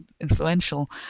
influential